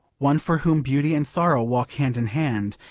one for whom beauty and sorrow walk hand in hand,